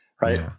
right